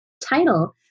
Title